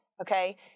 Okay